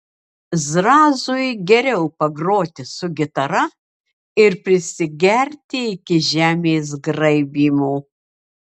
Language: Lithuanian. zrazui geriau pagroti su gitara ir prisigerti iki žemės graibymo